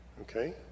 Okay